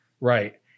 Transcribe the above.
Right